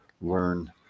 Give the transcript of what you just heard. learn